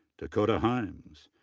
dakota heims,